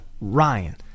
Ryan